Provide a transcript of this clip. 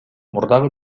мурдагы